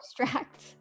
abstract